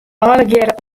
allegearre